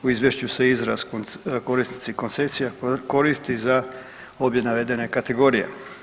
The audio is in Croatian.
U izvješću se izraz korisnici koncesija koristi za obje navedene kategorije.